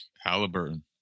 Halliburton